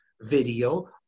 video